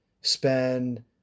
Spend